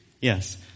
Yes